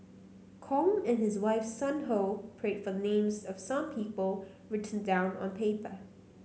Kong and his wife Sun Ho prayed for names of some people written down on paper